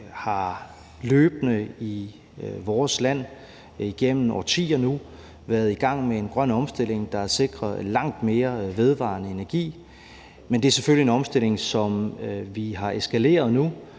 har løbende i vores land igennem årtier været i gang med en grøn omstilling, der har sikret langt mere vedvarende energi, men det er selvfølgelig en omstilling, som vi har eskaleret nu,